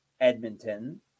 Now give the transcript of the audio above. Edmonton